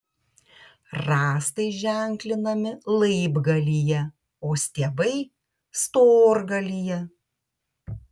rąstai ženklinami laibgalyje o stiebai storgalyje